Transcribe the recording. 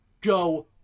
Go